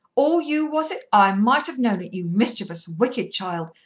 all you, was it? i might have known it, you mischievous wicked child.